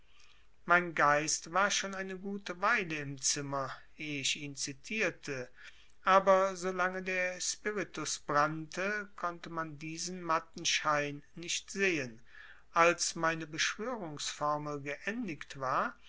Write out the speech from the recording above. mein geist war schon eine gute weile im zimmer ehe ich ihn zitierte aber solange der spiritus brannte konnte man diesen matten schein nicht sehen als meine beschwörungsformel geendigt war